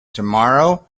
tomorrow